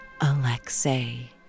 Alexei